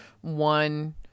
one